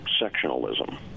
sectionalism